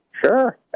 sure